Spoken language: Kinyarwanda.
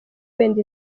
wenda